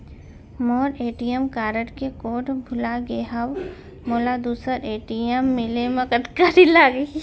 मोर ATM card के code भुला गे हव, मोला दूसर ए.टी.एम मिले म कतका दिन लागही?